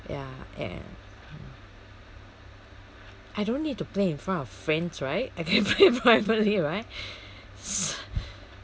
ya and I don't need to play in front of friends right I can play in front of family right